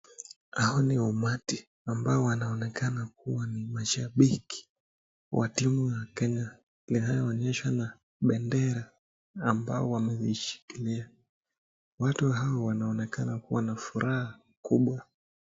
Hao ni umati ambao wanaonekana kuwa ni mashabiki wa timu wa Kenya . Linaloonyeshwa na bendera ambao wameshikilia . Watu hao wanaonekana kuwa na furaha kubwa.